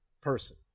person